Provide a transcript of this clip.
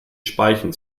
speichen